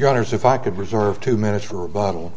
your honour's if i could reserve two minutes for a bottle